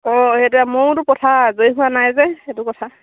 অঁ সেইটোৱে ময়োতো পথাৰ আজৰি হোৱা নাই যে সেইটো কথা